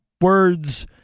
words